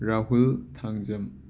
Rahul Thangjam